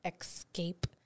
escape